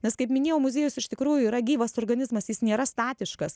nes kaip minėjau muziejus iš tikrųjų yra gyvas organizmas jis nėra statiškas